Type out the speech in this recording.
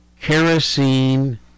kerosene